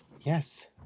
Yes